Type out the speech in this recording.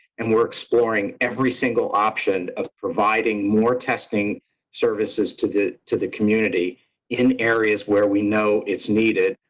and we're exploring every single option of providing more testing services to the to the community in areas where we know it's needed.